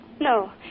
No